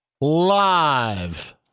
Live